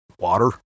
water